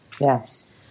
Yes